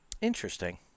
Interesting